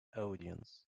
audience